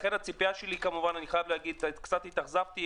לכן קצת התאכזבתי.